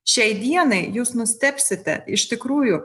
šiai dienai jūs nustebsite iš tikrųjų